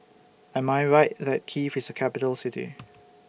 Am I Right that Kiev IS A Capital City